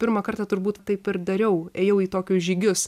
pirmą kartą turbūt taip ir dariau ėjau į tokius žygius